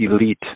elite